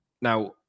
Now